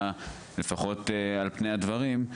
לפחות על פני הדברים,